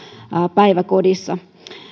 päiväkodissa